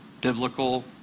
biblical